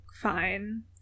fine